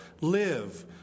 live